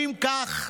אם כך,